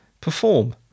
perform